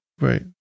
Right